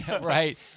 Right